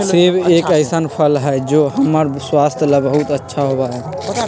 सेब एक ऐसन फल हई जो हम्मर स्वास्थ्य ला बहुत अच्छा होबा हई